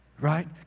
Right